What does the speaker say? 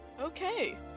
Okay